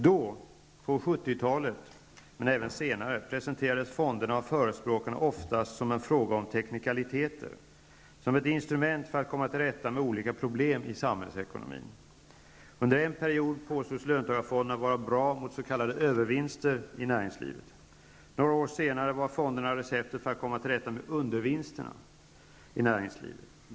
Då, på 1970-talet, men även senare, presenterades fonderna av förespråkarna oftast som en fråga om teknikaliteter, som ett instrument för att komma till rätta med olika problem i samhällsekonomin. Under en period påstods löntagarfonderna vara bra mot s.k. övervinster i näringslivet, och några år senare var fonderna receptet för att komma till rätta med ''undervinsterna'' i näringslivet.